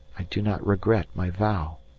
i do not regret my vow.